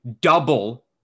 double